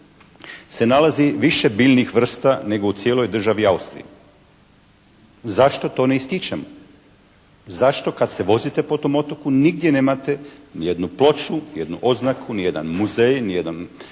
se nalazi više biljnih vrsta nego u cijeloj državi Austriji. Zašto to ne ističemo? Zašto kad se vozite po tom otoku nigdje nemate jednu ploču, ni jednu oznaku, ni jedan muzej, ni jedan